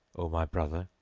o my brother,